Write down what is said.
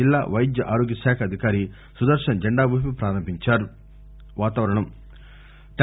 జిల్లా వైద్య ఆరోగ్యశాఖ అధికారి సుదర్భన్ జెండా ఊపి పారంభించారు